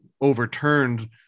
overturned